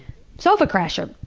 sofa-crasher.